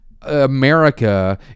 America